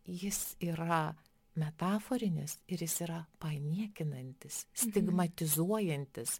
jis yra metaforinis ir jis yra paniekinantis stigmatizuojantis